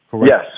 Yes